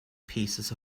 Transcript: pieces